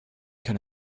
can